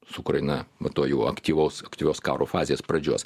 su ukraina va tuo jo aktyvaus aktyvios karo fazės pradžios